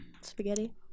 Spaghetti